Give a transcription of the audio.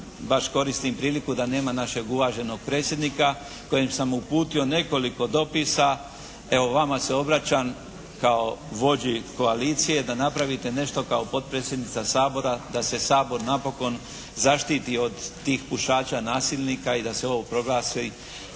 da nema našeg uvaženog predsjednika kojem sam uputio nekoliko dopisa, evo vama se obraćam kao vođi koalicije da napravite nešto kao potpredsjednica Sabora da se Sabor napokon zaštiti od tih pušača nasilnika i da se ovo proglasi